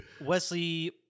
Wesley